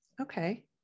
Okay